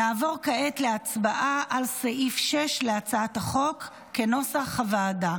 נעבור כעת להצבעה על סעיף 6 להצעת החוק כנוסח הוועדה.